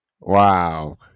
Wow